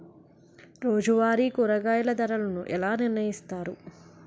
రోజువారి కూరగాయల ధరలను ఎలా నిర్ణయిస్తారు?